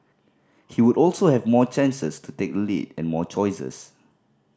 he would also have more chances to take the lead and more choices